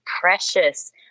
precious